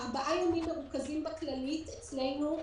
ארבעה ימים מרוכזים בכללית, אצלנו.